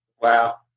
Wow